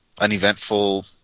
uneventful